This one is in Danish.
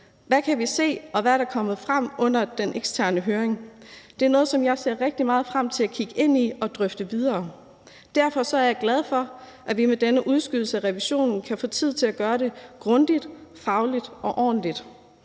Hvad kan vi se, og hvad der kommet frem under den eksterne høring? Det er noget, som jeg ser rigtig meget frem til at kigge på og drøfte videre. Derfor er jeg glad for, at vi med denne udskydelse af revisionen kan få tid til at gøre det grundigt, fagligt og ordentligt.